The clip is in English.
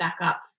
backup